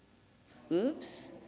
whoops,